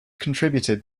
contributed